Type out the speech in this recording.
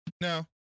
No